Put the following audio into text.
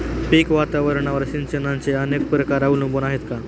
पीक वातावरणावर सिंचनाचे अनेक प्रकार अवलंबून आहेत का?